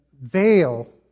veil